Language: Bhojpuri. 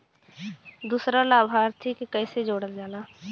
दूसरा लाभार्थी के कैसे जोड़ल जाला?